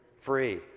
free